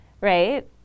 right